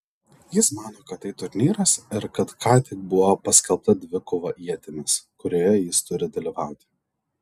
jis mano kad tai turnyras ir kad ką tik buvo paskelbta dvikova ietimis kurioje jis turi dalyvauti